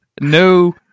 No